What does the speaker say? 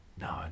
No